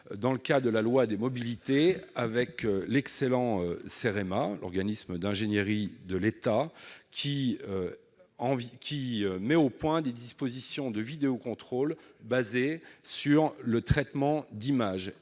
dans le cadre de la loi sur les mobilités avec l'excellent Cerema, l'organisme d'ingénierie de l'État, qui met au point des dispositifs de vidéocontrôle basés sur le traitement d'images.